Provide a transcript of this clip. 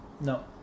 No